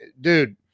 dude